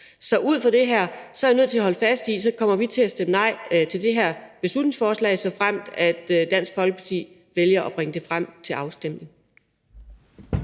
Så ud fra det er jeg nødt til at holde fast i, at vi kommer til at stemme nej til det her beslutningsforslag, hvis Dansk Folkeparti vælger at bringe det frem til afstemning.